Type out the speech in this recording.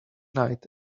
night